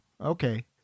okay